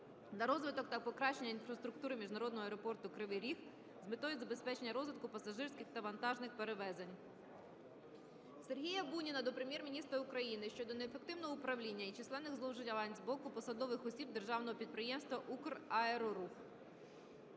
на розвиток та покращення інфраструктури міжнародного аеропорту "Кривий Ріг" з метою забезпечення розвитку пасажирських та вантажних перевезень. Сергія Буніна до Прем'єр-міністра України щодо неефективного управління і численних зловживань з боку посадових осіб державного підприємства "Украерорух".